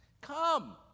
Come